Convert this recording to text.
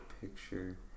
picture